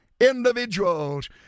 individuals